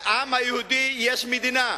לעם היהודי יש מדינה.